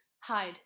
hide